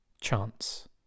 chance